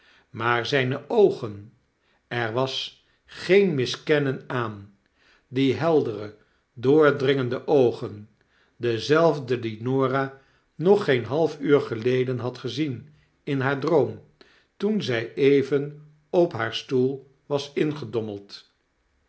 maar zpe oogen er was geen miskennen aan die heldere doordringende oogen dezelfde die norah nog geen half uur geleden had gezien in haar droom toen zy even op haar stoel was ingedommeld